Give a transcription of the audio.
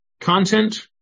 content